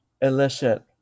elicit